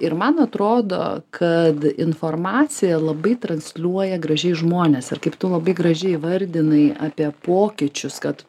ir man atrodo kad informaciją labai transliuoja gražiai žmonės ir kaip tu labai gražiai įvardinai apie pokyčius kad